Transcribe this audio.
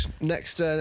next